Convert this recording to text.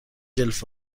جلف